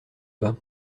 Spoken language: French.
bas